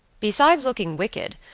besides looking wicked,